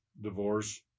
divorce